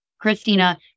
Christina